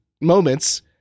moments